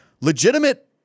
legitimate